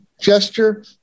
gesture